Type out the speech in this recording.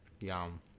Yum